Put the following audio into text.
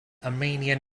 armenian